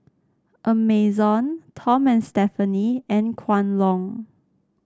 Amazon Tom and Stephanie and Kwan Loong